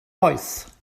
poeth